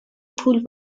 پول